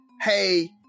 hey